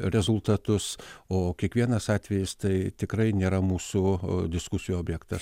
rezultatus o kiekvienas atvejis tai tikrai nėra mūsų diskusijų objektas